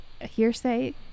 hearsay